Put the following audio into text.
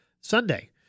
Sunday